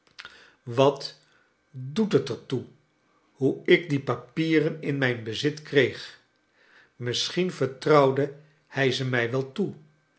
wat doet het er toe hoe ik die papieren in mijn bezit kreeg misschien vertrouwde hij ze mij wel toe